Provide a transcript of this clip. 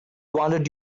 wanted